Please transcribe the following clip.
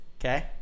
okay